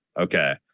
okay